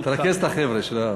אני עובד על זה.